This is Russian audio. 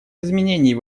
изменений